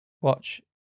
watch